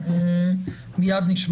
אני מבקש